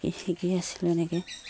শিকি আছিলোঁ এনেকৈ